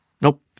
Nope